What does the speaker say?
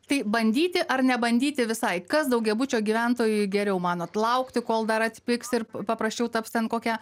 tai bandyti ar nebandyti visai kas daugiabučio gyventojui geriau manot laukti kol dar atpigs ir paprasčiau taps ten kokią